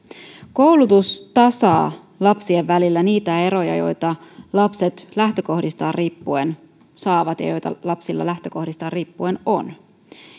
koulutus tasaa lapsien välillä niitä eroja joita lapset lähtökohdistaan riippuen saavat ja joita lapsilla lähtökohdistaan riippuen on